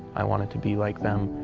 i wanted to be like them.